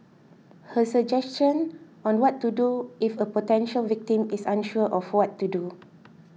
her suggestion on what to do if a potential victim is unsure of what to do